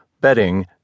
bedding